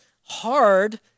hard